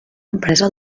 empresa